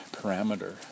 parameter